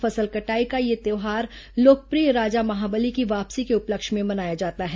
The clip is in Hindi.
फसल कटाई का यह त्यौहार लोकप्रिय राजा महाबलि की वापसी के उपलक्ष्य में मनाया जाता है